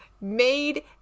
made